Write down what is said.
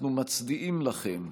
אנחנו מצדיעים לכם,